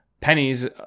pennies